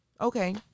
Okay